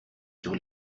sur